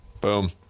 boom